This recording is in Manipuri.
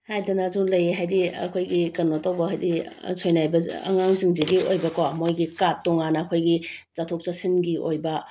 ꯍꯥꯏꯗꯅꯁꯨ ꯂꯩꯑꯦ ꯍꯥꯏꯗꯤ ꯑꯩꯈꯣꯏꯒꯤ ꯀꯩꯅꯣ ꯇꯧꯕ ꯍꯥꯏꯗꯤ ꯁꯣꯏꯅꯥꯏꯕ ꯑꯉꯥꯡꯁꯤꯡꯁꯤꯒꯤ ꯑꯣꯏꯕꯀꯣ ꯃꯣꯏꯒꯤ ꯀꯥꯠ ꯇꯣꯉꯥꯟꯅ ꯑꯩꯈꯣꯏꯒꯤ ꯆꯠꯊꯣꯛ ꯆꯠꯁꯤꯟꯒꯤ ꯑꯣꯏꯕ